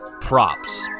props